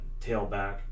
tailback